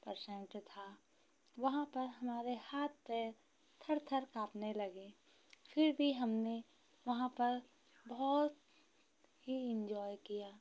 percent था वहाँ पर हमारे हाथ पैर थर थर काँपने लगे फिर भी हमने वहाँ पर बहुत ही इंजॉय किया